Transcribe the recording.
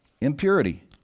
impurity